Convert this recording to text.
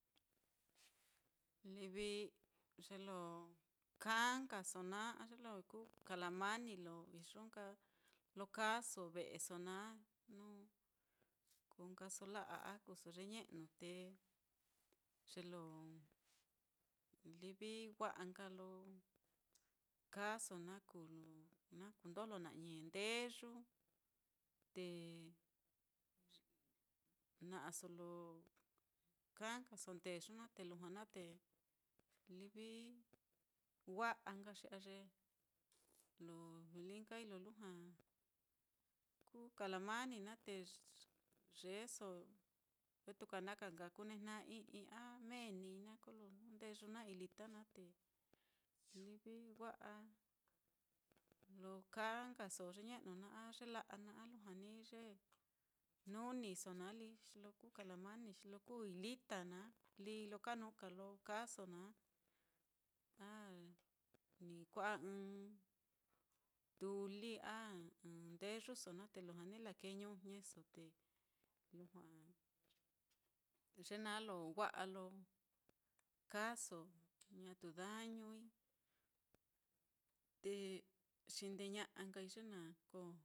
Livi ye lo kaa nkaso naá, a ye lo kú kalamani lo iyo nka lo kaaso ve'eso naá, jnu kuu nkaso la'a a kuu nkaso ye ñe'nu, te ye lo livi lo wa'a nka lo kaaso naá, kuu lo na kundojlo na'i ndeyu te na'aso lo kaa nkaso ndeyu naá, te lujua naá te livi wa'a nka xi aye lo lí nkai lo lujua kú kalamani te yeeso, vetuka na ka nka kunejna'a i'i a meenii naá kolo jnu ndeyu naá i'i lita naá, te livi wa'a lo kaa nkaso ye ñe'nu naá a ye la'a naá a lujua ni ye nuniso naá lí, xi lo kú kalamani xi lo kuui lita naá, líi lo kanuka lo kaaso naá, a ni kua'a ɨ́ɨ́n tuli a ɨ́ɨ́n ndeyuso naá te lujua ni lakee ñujñeso te lujua ye naá lo wa'a lo kaaso ñatu dañui, te xindeña'a nkai ye na koo.